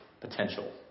potential